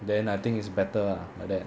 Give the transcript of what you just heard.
then I think it's better ah like that